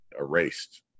erased